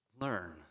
learn